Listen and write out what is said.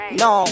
no